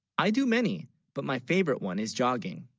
i do many but, my favorite one is jogging